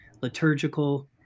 liturgical